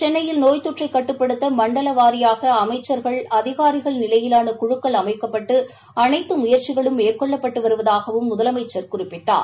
சென்னையில் நோய் தொற்றை கட்டுப்படுத்த மண்டல வாரியாக அமைச்சள்கள் அதிகாரிகள் நிலையிலான குழுக்கள் அமைக்கப்பட்டு அனைத்து முயற்சிகளும் மேற்கொள்ளப்பட்டு வருவதாகவும் முதலமைச்சர் குறிப்பிட்டார்